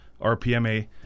RPMA